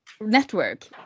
network